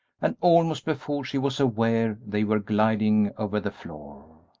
and almost before she was aware they were gliding over the floor.